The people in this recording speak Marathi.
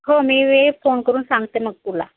हो मी वेळेत फोन करून सांगते मग तुला